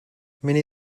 mini